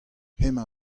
hemañ